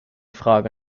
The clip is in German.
frage